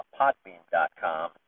potbeam.com